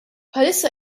bħalissa